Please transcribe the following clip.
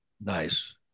Nice